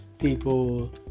people